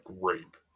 rape